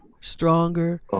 stronger